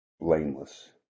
blameless